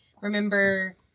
Remember